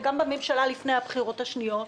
וגם בממשלה לפני הבחירות השניות.